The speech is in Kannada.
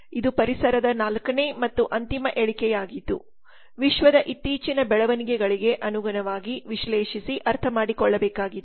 ಇದುಪರಿಸರದ4ನೇಮತ್ತು ಅಂತಿಮ ಎಳಿಕೆಯಾಗಿದ್ದು ವಿಶ್ವದ ಇತ್ತೀಚಿನ ಬೆಳವಣಿಗೆಗಳಿಗೆ ಅನುಗುಣವಾಗಿ ವಿಶ್ಲೇಷಿಸಿ ಅರ್ಥಮಾಡಿಕೊಳ್ಳಬೇಕಾಗಿದೆ